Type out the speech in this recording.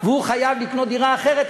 והוא חייב לקנות דירה אחרת,